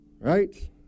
Right